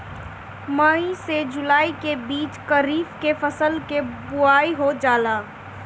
मई से जुलाई के बीच खरीफ के फसल के बोआई हो जाला